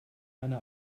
eine